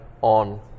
on